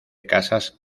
casas